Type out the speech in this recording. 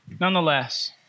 Nonetheless